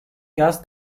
yaz